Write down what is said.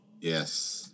yes